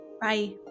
Bye